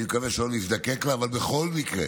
אני מקווה שלא נזדקק לה, אבל בכל מקרה